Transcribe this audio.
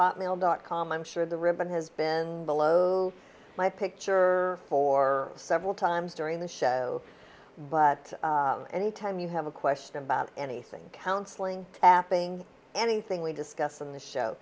hotmail dot com i'm sure the ribbon has been below my picture for several times during the show but any time you have a question about anything counseling apple anything we discuss in the show